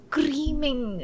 Screaming